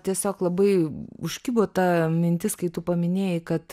tiesiog labai užkibo ta mintis kai tu paminėjai kad